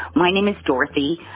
my name is dorothy.